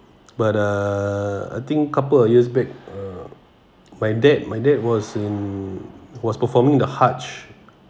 but uh I think couple of years back uh my dad my dad was in was performing the haj